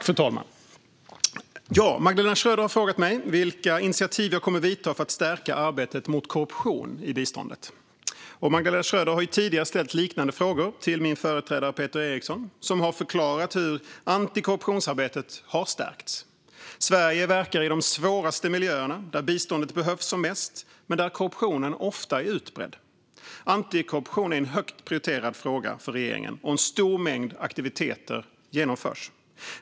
Fru talman! har frågat mig vilka initiativ jag kommer att vidta för att stärka arbetet mot korruption inom biståndet. Magdalena Schröder har tidigare ställt liknande frågor till min företrädare Peter Eriksson som har förklarat hur antikorruptionsarbetet har stärkts. Sverige verkar i de svåraste miljöerna där biståndet behövs mest, men där korruptionen ofta är utbredd. Antikorruption är en högt prioriterad fråga för regeringen, och en stor mängd aktiviteter genomförs.